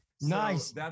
Nice